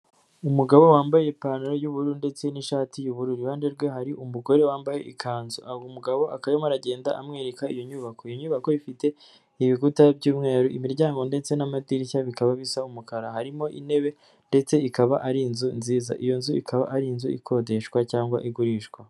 Umugabo wambaye ipantaro y'ubururu ndetse n'ishati y'ubururu, i ruhande rwe hari umugore wambaye ikanzu, aba umugabo akaba arimo aragenda amwereka iyo nyubako, iyo nyubako ifite ibikuta by'umweru imiryango ndetse n'amadirishya bikaba bisa umukara, harimo intebe ndetse ikaba ari inzu nziza, iyo nzu ikaba ari inzu ikodeshwa cyangwa igurishwa.